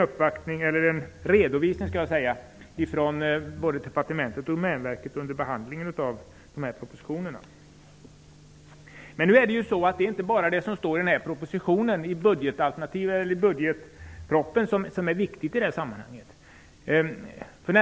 Det gjordes redovisningar både från departementet och Det är inte bara det som står i budgetpropositionen som är viktigt i det sammanhanget.